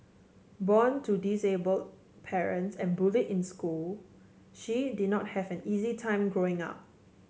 born to disabled parents and bullied in school she did not have an easy time Growing Up